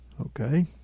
Okay